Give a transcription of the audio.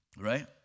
Right